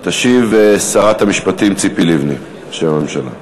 תשיב שרת המשפטים ציפי לבני בשם הממשלה.